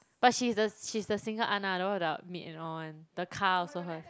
but she's the she's the single aunt ah the one with our maid and all one the car also hers